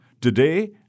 Today